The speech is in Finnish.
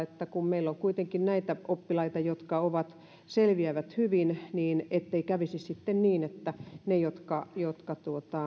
kun meillä on kuitenkin näitä oppilaita jotka selviävät hyvin ettei kävisi sitten niin että niiden motivaatio jotka